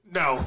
no